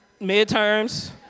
midterms